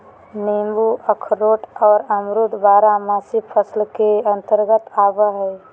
नींबू अखरोट आर अमरूद बारहमासी फसल के अंतर्गत आवय हय